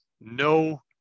no